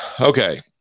Okay